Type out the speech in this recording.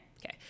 Okay